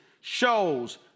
shows